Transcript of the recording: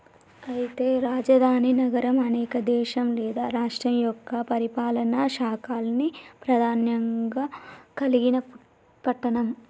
అయితే రాజధాని నగరం అనేది దేశం లేదా రాష్ట్రం యొక్క పరిపాలనా శాఖల్ని ప్రధానంగా కలిగిన పట్టణం